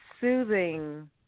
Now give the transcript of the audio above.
soothing